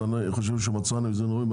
אז אנחנו חושבים שמצאנו איזון הולם.